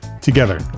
together